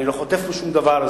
אני לא חוטף פה שום דבר.